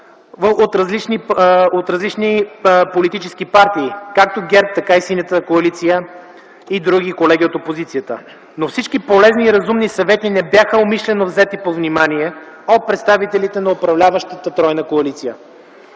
от различни политически партии, както ГЕРБ, така и Синята коалиция и други колеги от опозицията, но всички полезни и разумни съвети не бяха умишлено взети под внимание от представителите на управляващата тройна коалиция.